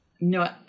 No